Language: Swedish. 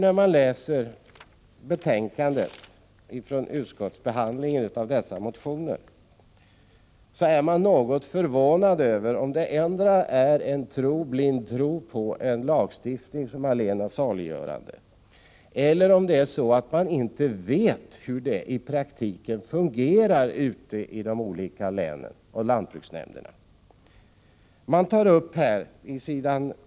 När man läser i betänkandet om behandlingen av motioner blir man något förvånad och undrar om det endera är fråga om blind tro på en lagstiftning som allena saliggörande, eller om det är så att man inte vet hur det i praktiken fungerar ute i de olika länen och lantbruksnämnderna. Pås.